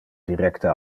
directe